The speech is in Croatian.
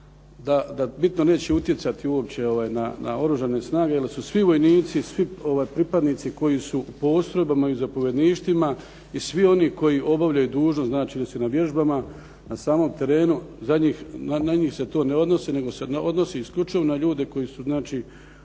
da bitno neće utjecati uopće na oružane snage jer su svi vojnici i svi pripadnici koji su u postrojbama i u zapovjedništvima i svi oni koji obavljaju dužnost, znači da su na vježbama, na samom terenu zadnjih, na njih se to ne odnosi, nego se odnosi isključivo na ljude koji su znači